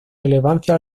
relevancia